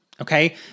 Okay